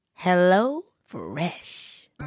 HelloFresh